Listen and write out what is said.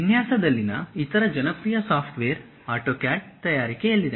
ವಿನ್ಯಾಸದಲ್ಲಿನ ಇತರ ಜನಪ್ರಿಯ software AutoCAD ತಯಾರಿಕೆಯಲ್ಲಿದೆ